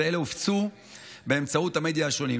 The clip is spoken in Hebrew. ואלו הופצו באמצעי המדיה השונים.